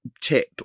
tip